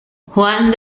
juan